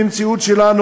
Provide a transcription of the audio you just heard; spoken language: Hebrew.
במציאות שלנו,